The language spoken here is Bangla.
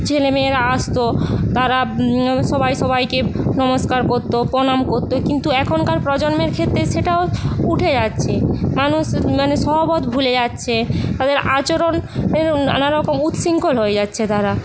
ছেলেমেয়েরা আসতো তারা সবাই সবাইকে নমস্কার করতো প্রণাম করতো কিন্তু এখনকার প্রজন্মের ক্ষেত্রে সেটা উঠে যাচ্ছে মানুষ মানে সহবত ভুলে যাচ্ছে তাদের আচরণ নানারকম উৎশৃঙ্খল হয়ে যাচ্ছে তারা